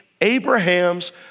Abraham's